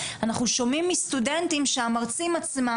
אנחנו שומעים מסטודנטים שהמרצים עצמם